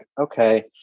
okay